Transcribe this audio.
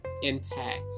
Intact